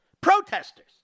protesters